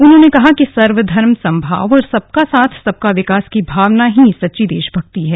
उन्होंने कहा कि सर्वधर्म सम्भाव और सबका साथ सबका विकास की भावना ही सच्ची देशभक्ति है